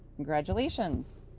congratulations.